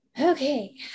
Okay